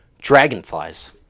Dragonflies